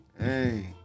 Hey